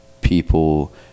people